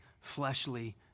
fleshly